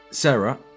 Sarah